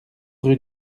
rue